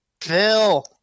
Phil